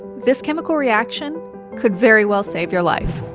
this chemical reaction could very well save your life.